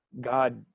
god